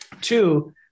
Two